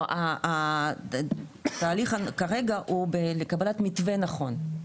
לא, בתהליך כרגע הוא בקבלת מתווה נכון.